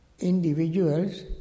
Individuals